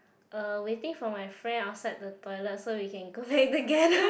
uh waiting for my friend outside the toilet so we can go back together